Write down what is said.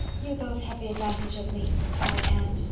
you both have the advantage of me, sighed anne.